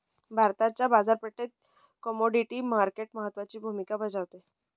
भारताच्या बाजारपेठेत commodity market महत्त्वाची भूमिका बजावते